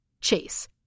Chase